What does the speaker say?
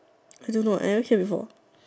I don't know I never see before